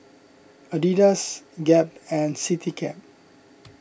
Adidas Gap and CityCab